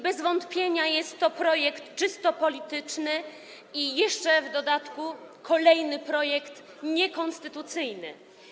Bez wątpienia jest to projekt czysto polityczny, a jeszcze w dodatku kolejny projekt niekonstytucyjny.